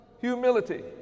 humility